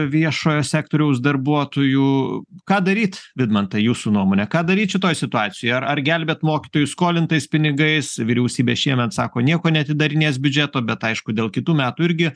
viešojo sektoriaus darbuotojų ką daryt vidmantai jūsų nuomone ką daryt šitoj situacijoj ar ar gelbėt mokytojus skolintais pinigais vyriausybė šiemet sako nieko neatidarinės biudžeto bet aišku dėl kitų metų irgi